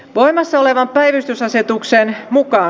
voimassa olevan päivystysasetuksen mukaan